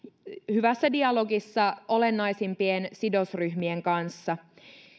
hyvässä dialogissa olennaisimpien sidosryhmien kanssa